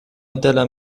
دلم